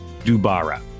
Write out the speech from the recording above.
Dubara